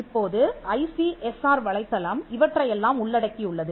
இப்போது I C S R வலைத்தளம் இவற்றையெல்லாம் உள்ளடக்கியுள்ளது